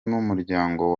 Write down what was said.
n’umuryango